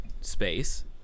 space